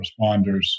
responders